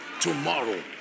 tomorrow